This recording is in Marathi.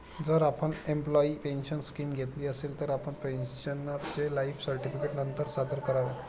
जर आपण एम्प्लॉयी पेन्शन स्कीम घेतली असेल, तर आपण पेन्शनरचे लाइफ सर्टिफिकेट नंतर सादर करावे